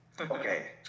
okay